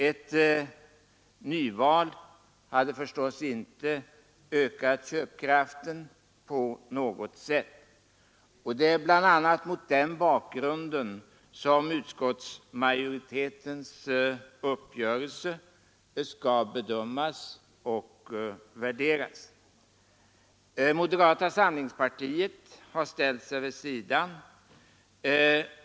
Ett nyval hade inte ökat köpkraften på något sätt, och det är bl.a. mot den bakgrunden som utskottsmajoritetens uppgörelse skall bedömas och värderas. Moderata samlingspartiet har ställt sig vid sidan.